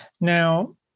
Now